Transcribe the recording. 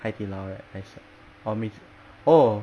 海底捞 right I s~ or 美滋 oh